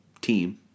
team